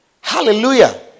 Hallelujah